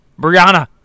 Brianna